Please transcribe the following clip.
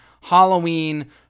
Halloween